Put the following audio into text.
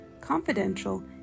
confidential